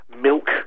milk